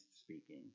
speaking